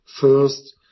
First